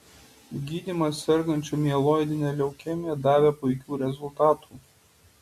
gydymas sergančių mieloidine leukemija davė puikių rezultatų